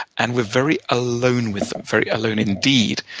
and we're very alone with them. very alone indeed.